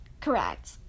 Correct